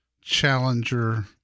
Challenger